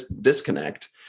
disconnect